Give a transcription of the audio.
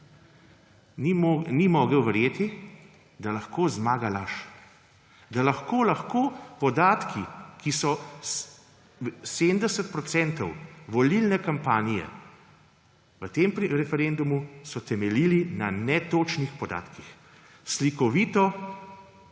Ni mogel verjeti, da lahko zmaga laž, da lahko podatki, ki so 70 procentov volilne kampanje o tem referendumu, da so temeljili na netočnih podatkih. Slikovito